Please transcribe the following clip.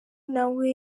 nawe